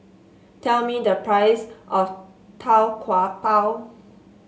tell me the price of Tau Kwa Pau